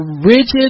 rigid